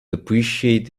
appreciate